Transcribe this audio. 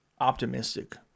optimistic